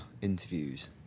interviews